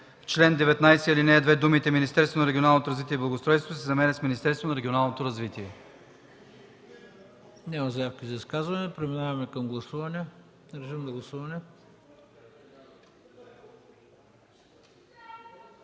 в чл. 19, ал. 2 думите „Министерството на регионалното развитие и благоустройството” се заменят с „Министерството на регионалното развитие”.”